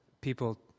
people